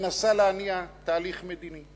מנסה להניע תהליך מדיני.